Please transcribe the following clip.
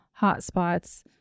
hotspots